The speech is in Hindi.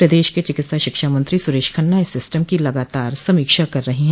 प्रदेश के चिकित्सा शिक्षा मंत्री सुरेश खन्ना इस सिस्टम की लगातार समीक्षा कर रहे हैं